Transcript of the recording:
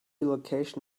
location